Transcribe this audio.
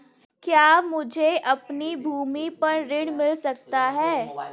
क्या मुझे अपनी भूमि पर ऋण मिल सकता है?